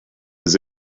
his